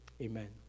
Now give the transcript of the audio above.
Amen